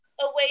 away